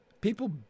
people